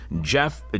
Jeff